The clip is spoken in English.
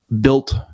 built